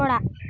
ᱚᱲᱟᱜ